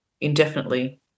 indefinitely